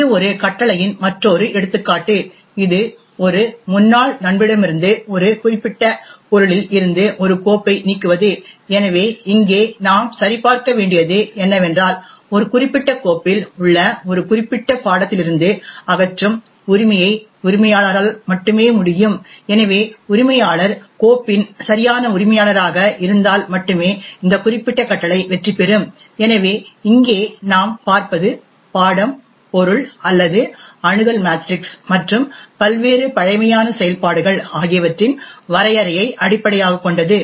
இது ஒரு கட்டளையின் மற்றொரு எடுத்துக்காட்டு இது ஒரு முன்னாள் நண்பரிடமிருந்து ஒரு குறிப்பிட்ட பொருளில் இருந்து ஒரு கோப்பை நீக்குவது எனவே இங்கே நாம் சரிபார்க்க வேண்டியது என்னவென்றால் ஒரு குறிப்பிட்ட கோப்பில் உள்ள ஒரு குறிப்பிட்ட பாடத்திலிருந்து அகற்றும் உரிமையை உரிமையாளரால் மட்டுமே முடியும் எனவே உரிமையாளர் கோப்பின் சரியான உரிமையாளராக இருந்தால் மட்டுமே இந்த குறிப்பிட்ட கட்டளை வெற்றிபெறும் எனவே இங்கே நாம் பார்ப்பது பாடம் பொருள் அல்லது அணுகல் மேட்ரிக்ஸ் மற்றும் பல்வேறு பழமையான செயல்பாடுகள் ஆகியவற்றின் வரையறையை அடிப்படையாகக் கொண்டது